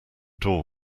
door